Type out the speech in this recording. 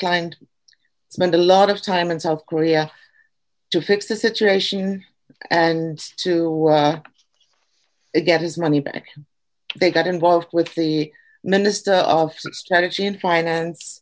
kind spent a lot of time in south korea to fix the situation and to they get his money back they got involved with the minister of strategy and finance